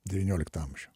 devynioliktą amžių